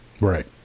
Right